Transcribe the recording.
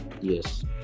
Yes